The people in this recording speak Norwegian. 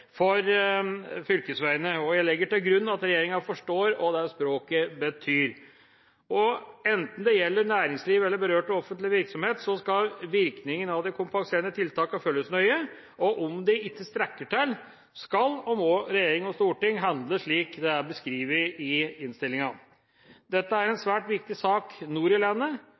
for fylkesveiene. Jeg legger til grunn at regjeringa forstår hva det språket betyr. Enten det gjelder næringsliv eller berørte offentlige virksomheter, skal virkningen av de kompenserende tiltakene følges nøye, og om de ikke strekker til, skal og må regjering og storting handle, slik det er beskrevet i innstillinga. Dette er en svært viktig sak nord